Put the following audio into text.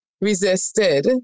resisted